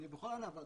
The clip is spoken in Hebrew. בכל הענווה,